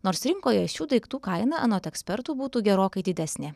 nors rinkoje šių daiktų kaina anot ekspertų būtų gerokai didesnė